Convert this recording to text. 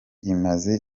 imaze